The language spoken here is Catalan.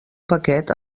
paquet